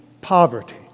poverty